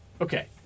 Okay